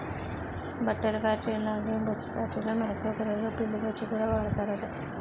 బట్టల ఫేట్రీల్లాగే బొచ్చు ఫేట్రీల్లో మేకలూ గొర్రెలు పిల్లి బొచ్చుకూడా వాడతారట